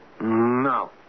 No